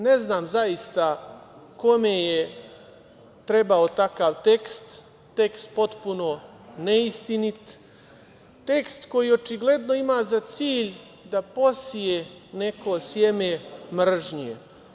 Ne znam zaista kome je trebao takav tekst, tekst potpuno neistinit, tekst koji očigledno ima za cilj da poseje neko seme mržnje.